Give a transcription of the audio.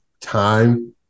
time